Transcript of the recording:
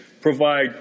provide